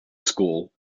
school